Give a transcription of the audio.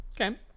Okay